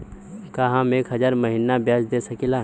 का हम एक हज़ार महीना ब्याज दे सकील?